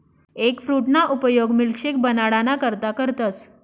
एगफ्रूटना उपयोग मिल्कशेक बनाडाना करता करतस